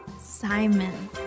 Simon